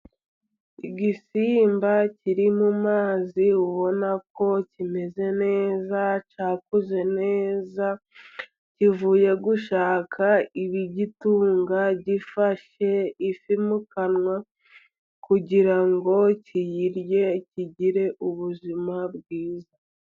Igisimba kiri mu mazi ubona ko kimeze neza, cyakuze neza, kivuye gushaka ibigitunga . Gifashe ifi mu kanwa kugira ngo kiyirye kigire ubuzima bwiza.